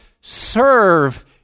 serve